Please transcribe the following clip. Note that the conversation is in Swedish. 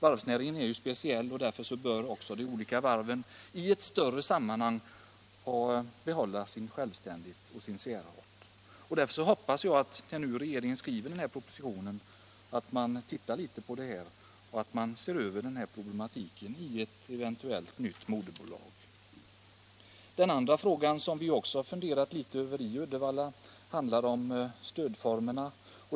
Varvsnäringen är ju speciell, och därför bör de olika varven även i större sammanhang få behålla sin självständighet och särart. Jag hoppas därför att regeringen, när man skriver propositionen, ser litet närmare på problematiken vid ett eventuellt nytt moderbolag. En annan fråga som vi också har funderat över i Uddevalla är stödformerna.